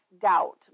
doubt